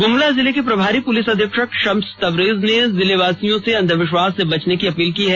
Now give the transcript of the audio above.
गुमला जिले के प्रभारी पुलिस अधीक्षक शम्स तबरेज ने जिले वासियों से अंधविश्वास से बचने की अपील की है